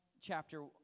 chapter